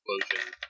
explosion